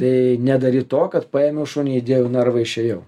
tai nedaryt to kad paėmiau šunį įdėjau į narvą išėjau